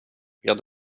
jag